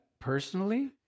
personally